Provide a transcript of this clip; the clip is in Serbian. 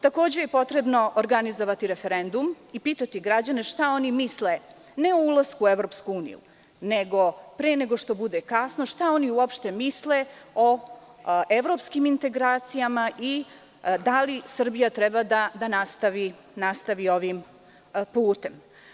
Takođe, je potrebno organizovati referendum i pitati građane šta oni misle, ne o ulasku u EU, nego pre nego što bude kasno, šta oni uopšte misle o evropskim integracijama i da li Srbija treba da nastavi ovim putem?